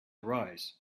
arise